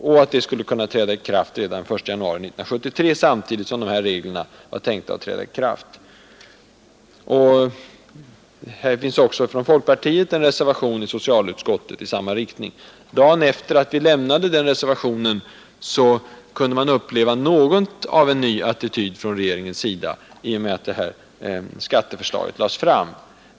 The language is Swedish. Ändringen skulle kunna träda i kraft redan den 1 januari 1973, samtidigt som de i denna proposition föreslagna reglerna var avsedda att träda i kraft. I socialutskottets betänkande finns också en reservation från folkpartiet i samma riktning. Dagen efter det att vi lämnade den reservationen mötte vi något av en ny attityd från regeringens sida, i och med att skatteförslaget lades fram.